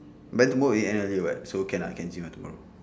by tomorrow we end early [what] so can lah can gym tomorrow